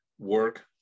Work